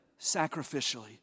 sacrificially